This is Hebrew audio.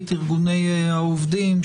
ארגוני העובדים,